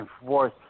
enforce